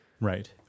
Right